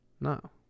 No